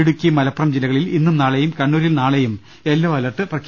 ഇടുക്കി മലപ്പുറം ജില്ലകളിൽ ഇന്നും നാളെയും കണ്ണൂരിൽ നാളെയും യെല്ലോ അലർട്ട് പ്രഖ്യാപിച്ചു